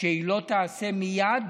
שלא תעשה מייד